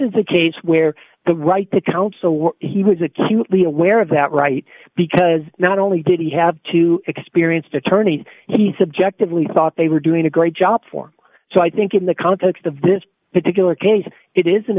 is a case where the right to counsel he was acutely aware of that right because not only did he have to experienced attorneys he subjectively thought they were doing a great job for so i think in the context of this particular case it is an